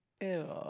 Ew